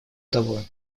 того